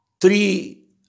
three